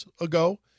ago